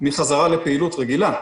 מחזרה לפעילות רגילה.